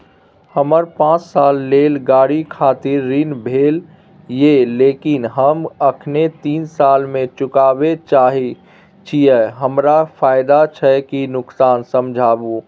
हमर पाँच साल ले गाड़ी खातिर ऋण भेल ये लेकिन हम अखने तीन साल में चुकाबे चाहे छियै हमरा फायदा छै की नुकसान समझाबू?